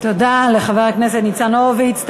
תודה לחבר הכנסת ניצן הורוביץ.